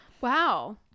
Wow